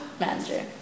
manager